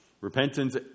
Repentance